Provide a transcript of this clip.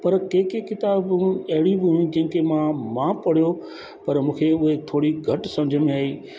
पर के के किताबूं अहिड़ी बि आहिनि जंहिंखे मां मां पढ़ियो पर मूंखे उहे थोरी घटि सम्झि में आई